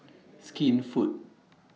Skinfood